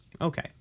Okay